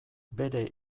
bere